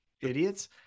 Idiots